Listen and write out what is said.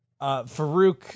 Farouk